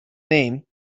name